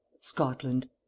Scotland